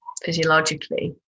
physiologically